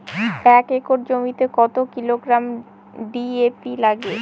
এক একর জমিতে কত কিলোগ্রাম ডি.এ.পি লাগে?